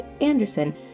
Anderson